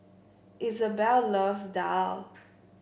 Izabelle loves Daal